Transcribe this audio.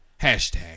Hashtag